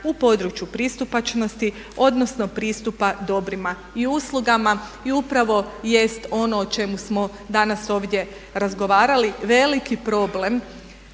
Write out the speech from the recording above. u području pristupačnosti odnosno pristupa dobrima i uslugama i upravo jest ono o čemu smo danas ovdje razgovarali, veliki problem